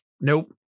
Nope